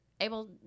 able